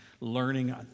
learning